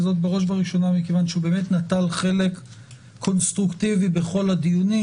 וזאת בראש ובראשונה מכיוון שהוא באמת נטל חלק קונסטרוקטיבי בכל הדיונים